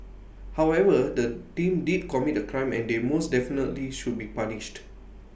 however the team did commit A crime and they most definitely should be punished